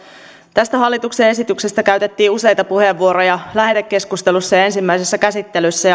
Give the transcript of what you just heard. tästä hallituksen esityksestä käytettiin useita puheenvuoroja lähetekeskustelussa ja ensimmäisessä käsittelyssä